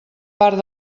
part